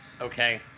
okay